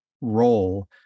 role